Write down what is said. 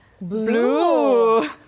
blue